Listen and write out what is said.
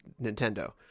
nintendo